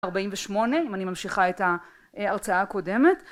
ארבעים ושמונה אם אני ממשיכה את ההרצאה הקודמת